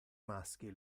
maschi